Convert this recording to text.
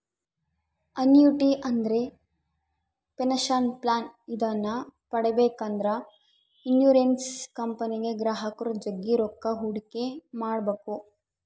annuity ಅಂದ್ರೆ pension plan ಇದನ್ನ ಪಡೆಬೇಕೆಂದ್ರ ಇನ್ಶುರೆನ್ಸ್ ಕಂಪನಿಗೆ ಗ್ರಾಹಕರು ಜಗ್ಗಿ ರೊಕ್ಕ ಹೂಡಿಕೆ ಮಾಡ್ಬೇಕು